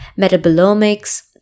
metabolomics